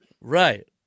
Right